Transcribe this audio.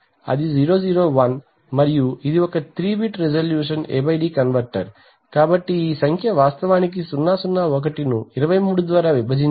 అది 001 మరియు ఇది ఒక 3 బిట్ A D కన్వర్టర్ కాబట్టి ఈ సంఖ్య వాస్తవానికి 001 ను 23 ద్వారా విభజించింది